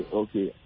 okay